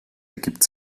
ergibt